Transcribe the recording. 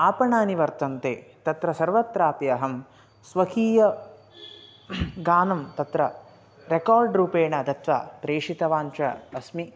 आपणानि वर्तन्ते तत्र सर्वत्रापि अहं स्वकीयं गानं तत्र रेकार्ड् रूपेण दत्वा प्रेषितवान् च अस्मि